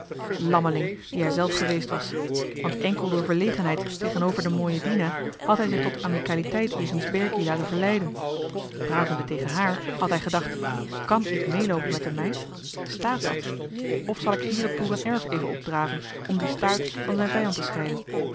lammeling die hijzelf geweest was want enkel door verlegenheid tegenover de mooie dina had hij zich tot amikaliteit jegens berkie laten verleiden pratende tegen haar had hij gedacht kàn ik meeloopen met de meid staat dat of zal ik hier het boerenerf even op draven om de staart van zijn vijand te scheiden